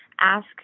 ask